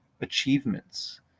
achievements